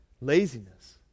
laziness